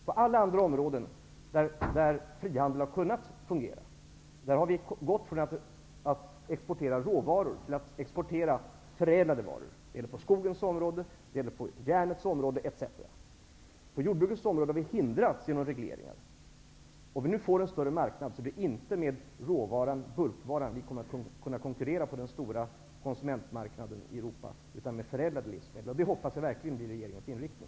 På alla andra områden där frihandeln har fungerat har Sverige gått från att exportera råvaror till att exportera förädlade varor. Det gäller på skogens område, järnets område osv. På jordbrukets område har regleringarna utgjort ett hinder. Det är inte med råvaran, bulkvaran, utan med förädlade livsmedel som vi kommer att kunna konkurrera på den stora konsumentmarknaden i Europa. Jag hoppas att det verkligen blir regeringens inriktning.